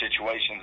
situations